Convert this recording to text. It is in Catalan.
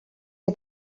que